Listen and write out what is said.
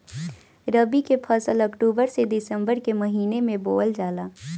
रबी के फसल अक्टूबर से दिसंबर के महिना में बोअल जाला